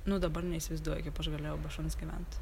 nu dabar neįsivaizduoju kaip aš galėjau be šuns gyvent